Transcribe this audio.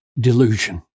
delusion